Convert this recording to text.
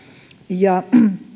ja